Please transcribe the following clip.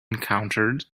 encountered